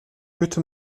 bitte